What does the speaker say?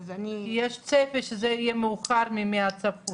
כי יש צפי שזה יהיה מאוחר מהצפוי.